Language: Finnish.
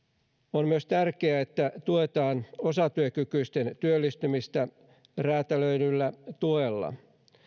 on myös tärkeää että tuetaan osatyökykyisten työllistymistä räätälöidyllä tuella